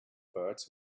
birds